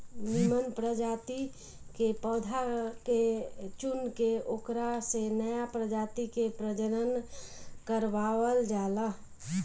निमन प्रजाति के पौधा के चुनके ओकरा से नया प्रजाति के प्रजनन करवावल जाला